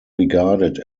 regarded